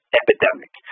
epidemic